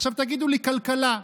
עכשיו, תגידו לי: כלכלה.